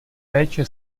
péče